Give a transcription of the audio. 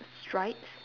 stripes